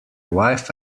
wife